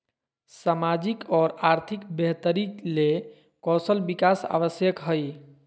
सामाजिक और आर्थिक बेहतरी ले कौशल विकास आवश्यक हइ